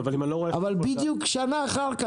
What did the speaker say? אבל בדיוק שנה אחרי כן,